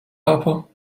papo